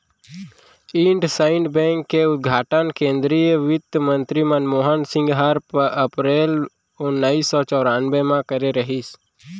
IndusInd bank के उद्घाटन केन्द्रीय बित्तमंतरी मनमोहन सिंह हर अपरेल ओनाइस सौ चैरानबे म करे रहिस